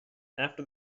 after